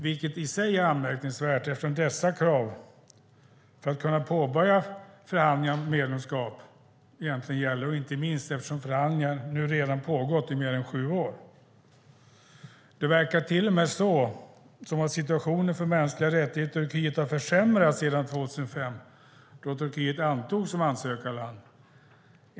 Det är i sig anmärkningsvärt eftersom dessa egentligen är krav för att kunna påbörja förhandlingar om ett medlemskap och inte minst eftersom förhandlingarna nu redan har pågått i mer än sju år. Det verkar till och med som att situationen för mänskliga rättigheter i Turkiet har försämrats sedan 2005, då Turkiet antogs som ansökarland.